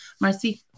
Marcy